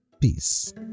Peace